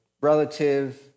relative